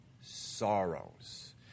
sorrows